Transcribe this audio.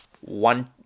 one